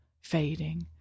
Fading